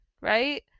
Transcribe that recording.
right